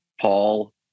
Paul